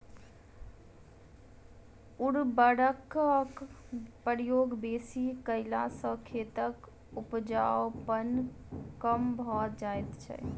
उर्वरकक प्रयोग बेसी कयला सॅ खेतक उपजाउपन कम भ जाइत छै